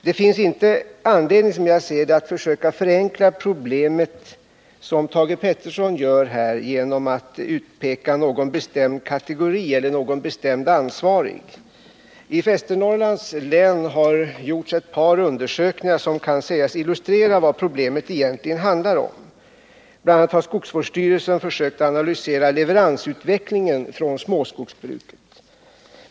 Det finns, enligt min mening, inte anledning att försöka förenkla problemet, som Thage Peterson gjorde, genom att utpeka någon bestämd kategori eller någon bestämd ansvarig. I Västernorrlands län har det gjorts ett par undersökningar som kan sägas Nr 35 illustrera vad det egentligen handlar om. Bl.a. har skogsvårdsstyrelsen försökt att analysera leveransutvecklingen inom småskogsbruket.